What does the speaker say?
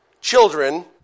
Children